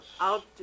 Out